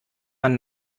man